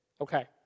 Okay